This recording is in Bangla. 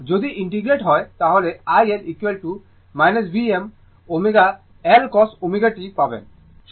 যদি ইন্টিগ্রেট হয় তাহলে iL Vm ω L cos ω t পাবেন